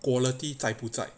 quality 在不在